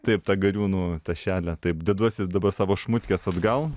taip ta gariūnų tašelė taip deduosi dabar savo šmutkes atgal